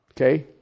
okay